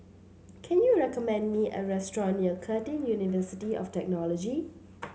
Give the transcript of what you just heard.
can you recommend me a restaurant near Curtin University of Technology